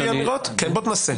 בוא תנסה.